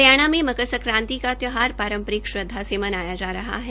हरियाणा में मकर संक्रांति का त्यौहार पारम्परिक श्रद्वा से मनाया जा रहा है